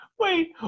Wait